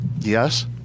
Yes